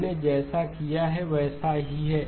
हमने जैसा किया है वैसा ही है